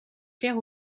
clair